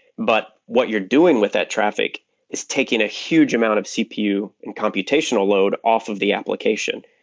but what you're doing with that traffic is taking a huge amount of cpu and computational load off of the application.